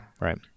right